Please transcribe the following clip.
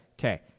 Okay